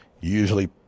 usually